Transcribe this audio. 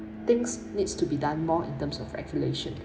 things needs to be done more in terms of regulations